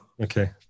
Okay